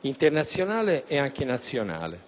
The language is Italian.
internazionale e anche nazionale.